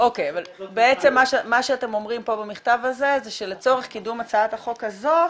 מה שאתם אומרים במכתב הזה בעצם זה שלצורך קידום הצעת החוק הזאת